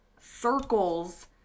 circles